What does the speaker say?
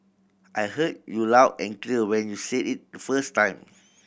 I heard you loud and clear when you said it the first time